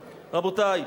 רבותי,